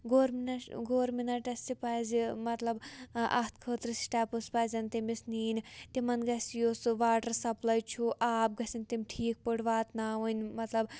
government گورمِنٹَس تہِ پَزِ مطلب اَتھ خٲطرٕ سِٹٮ۪پٕس پَزن تٔمِس نِنۍ تِمَن گَژھِ یُس سُہ واٹَر سَپلاے چھُ آب گَژھن تِم ٹھیٖک پٲٹھۍ واتناوٕنۍ مطلب